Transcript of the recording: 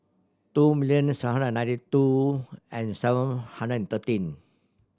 two million seven hundred ninety two and seven hundred and thirteen